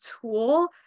tool